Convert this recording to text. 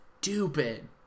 stupid